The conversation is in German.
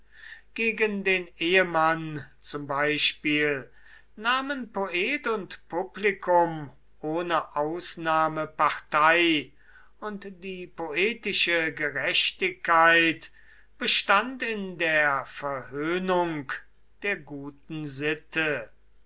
gegen den ehemann zum beispiel nahmen poet und publikum ohne ausnahme partei und die poetische gerechtigkeit bestand in der verhöhnung der guten sitte